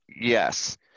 Yes